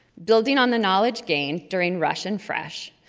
building on the knowledge gained during rush and phresh,